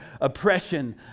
oppression